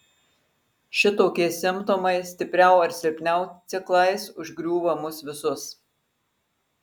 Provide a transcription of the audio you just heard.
šitokie simptomai stipriau ar silpniau ciklais užgriūva mus visus